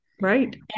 Right